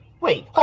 Wait